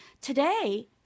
Today